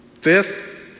Fifth